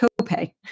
copay